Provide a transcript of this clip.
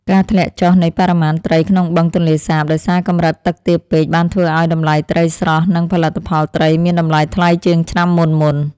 ការធ្លាក់ចុះនៃបរិមាណត្រីក្នុងបឹងទន្លេសាបដោយសារកម្រិតទឹកទាបពេកបានធ្វើឱ្យតម្លៃត្រីស្រស់ និងផលិតផលត្រីមានតម្លៃថ្លៃជាងឆ្នាំមុនៗ។